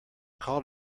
called